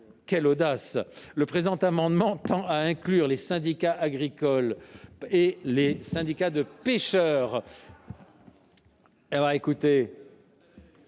Quelle audace, en effet ! Cet amendement tend à inclure les syndicats agricoles et les syndicats de pêcheurs